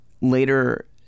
later